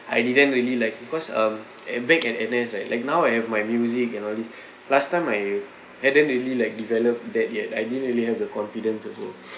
I didn't really like because um and back in N_S right like now I have my music and all these last time my back then didn't really like develop that yet I didn't really have the confidence also